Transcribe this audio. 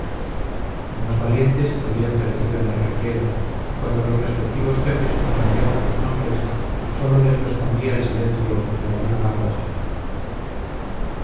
los más valientes habían perecido en la refriega y cuando los respectivos jefes pronunciaban sus nombres sólo les respondía el silencio o algún amargo gemido